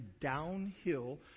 downhill